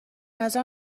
نظر